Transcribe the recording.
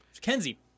Kenzie